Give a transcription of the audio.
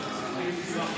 לא נפריע.